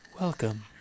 Welcome